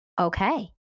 okay